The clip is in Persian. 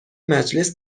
مجلس